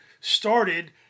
started